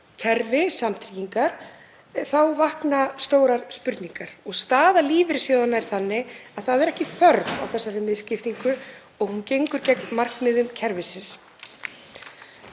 kerfi samtryggingar vakna stórar spurningar. Staða lífeyrissjóðanna er þannig að ekki er þörf á þessari misskiptingu og hún gengur gegn markmiðum kerfisins.